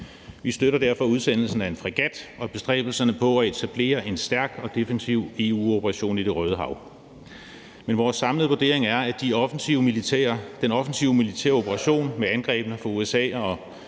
Vi støtter derfor udsendelsen af en fregat og bestræbelserne på at etablere en stærk og defensiv EU-operation i Det Røde Hav. Men vores samlede vurdering er, at den offensive militære operation med angrebene fra USA og